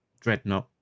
Dreadnought